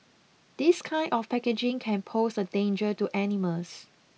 this kind of packaging can pose a danger to animals